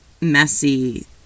messy